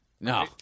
No